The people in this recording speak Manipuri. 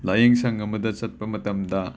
ꯂꯥꯌꯦꯡꯁꯪ ꯑꯃꯗ ꯆꯠꯄ ꯃꯇꯝꯗ